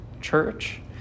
church